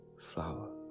flower